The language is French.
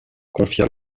confia